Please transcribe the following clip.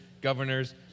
governors